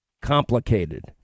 complicated